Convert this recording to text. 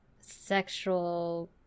sexual